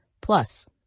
Plus